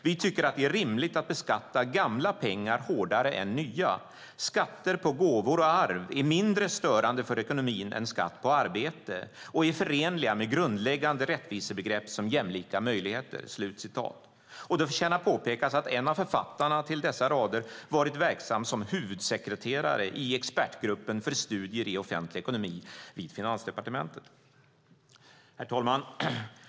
Vi tycker att det är rimligt att beskatta gamla pengar hårdare än nya. Skatter på gåvor och arv är mindre störande för ekonomin än skatt på arbete och är förenliga med grundläggande rättvisebegrepp som jämlika möjligheter." Det förtjänar att påpekas att en av författarna till dessa rader varit verksam som huvudsekreterare i Expertgruppen för studier i offentlig ekonomi vid Finansdepartementet. Herr talman!